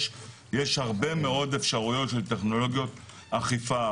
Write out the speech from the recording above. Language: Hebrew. יש הרבה מאוד אפשרויות של טכנולוגיות אכיפה.